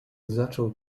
zaczął